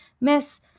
Miss